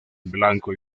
blanco